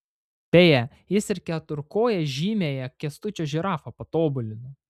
beje jis ir keturkoję žymiąją kęstučio žirafą patobulino